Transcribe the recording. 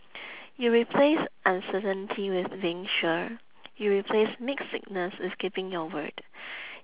you replaced uncertainty with being sure you replaced mixed signals with keeping your word